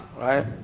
right